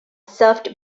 served